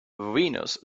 venus